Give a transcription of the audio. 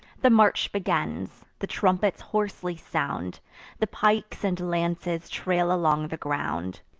the march begins the trumpets hoarsely sound the pikes and lances trail along the ground.